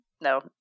No